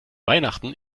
weihnachten